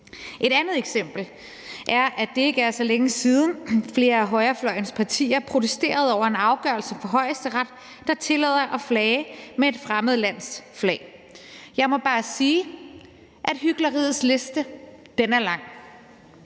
Et andet eksempel er, at det ikke er så længe siden, at flere af højrefløjens partier protesterede over en kendelse fra Højesteret, som gjorde det tilladt at flage med et fremmed lands flag. Jeg må bare sige, at hykleriets liste er lang.